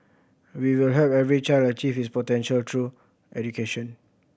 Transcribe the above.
we will help every child achieve his potential through education